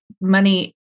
money